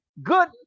good